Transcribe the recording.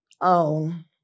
own